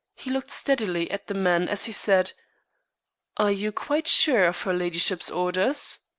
he looked steadily at the man as he said are you quite sure of her ladyship's orders?